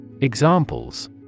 Examples